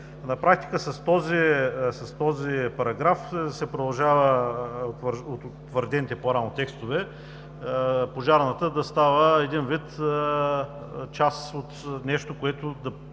На практика с този параграф се продължава, от утвърдените по-рано текстове, Пожарната да става един вид част от нещо, което да